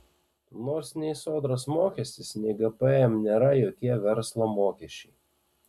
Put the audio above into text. nors nei sodros mokestis nei gpm nėra jokie verslo mokesčiai